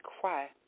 cry